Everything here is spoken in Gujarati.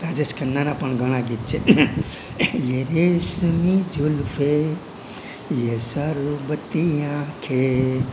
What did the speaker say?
રાજેશ ખન્નાના પણ ઘણા ગીત છે